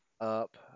up